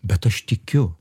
bet aš tikiu